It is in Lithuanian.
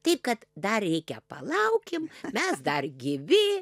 taip kad dar reikia palaukim mes dar gyvi